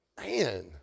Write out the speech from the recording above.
Man